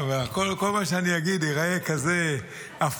אתה יודע, כל מה שאני אגיד ייראה כזה אפור.